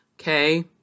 Okay